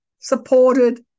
supported